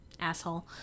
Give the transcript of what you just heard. asshole